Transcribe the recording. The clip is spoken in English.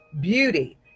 beauty